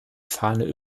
fahne